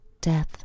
death